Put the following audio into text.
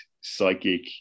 psychic